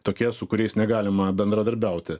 tokie su kuriais negalima bendradarbiauti